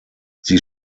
sie